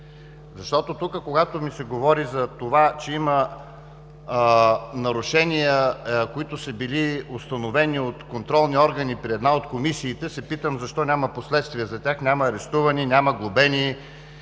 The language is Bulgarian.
проблеми. Когато тук се говори, че има нарушения, които са били установени от контролни органи при една от комисиите, се питам: защо няма последствия за тях, няма арестувани, няма глобени!?